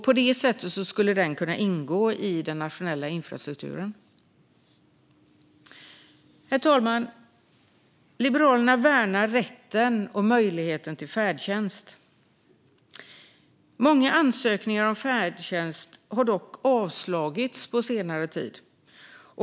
På det sättet skulle den trafiken kunna ingå i den nationella infrastrukturen. Herr talman! Liberalerna värnar rätten och möjligheten till färdtjänst. Många ansökningar om färdtjänst har dock avslagits på senare tid.